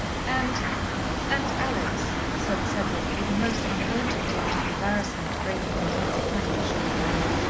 and and, alex, said cedric, with a most unwonted touch of embarrassment breaking into his kind, assured manner,